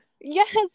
yes